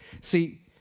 See